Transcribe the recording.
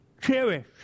Cherish